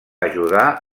ajudar